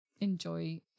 enjoy